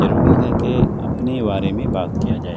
ضروری ہے کہ اپنے بارے میں بات کیا جائے